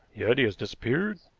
yet he has disappeared,